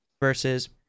versus